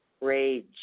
rage